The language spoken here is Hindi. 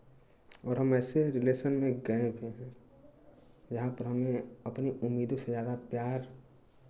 और हम ऐसे रिलेशन में गए हुए हैं यहाँ पर हमने अपने उम्मीदी से ज़्यादा प्यार